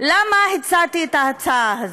למה הצעתי את ההצעה הזאת?